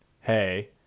hey